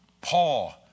Paul